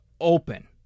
open